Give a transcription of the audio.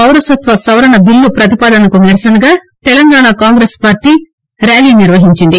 పౌరసత్వ సవరణ బిల్లు పతిపాదనకు నిరసనగా తెలంగాణ కాంగ్రెస్ పార్టీ ర్యాలీ నిర్వహించింది